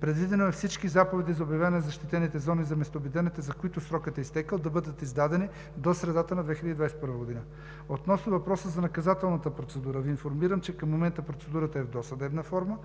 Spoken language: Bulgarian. Предвидено е всички заповеди за обявяване на защитените зони за местообитанията, за които срокът е изтекъл, да бъдат издадени до средата на 2021 г. Относно въпроса за наказателната процедура Ви информирам, че към момента процедурата е в досъдебна форма.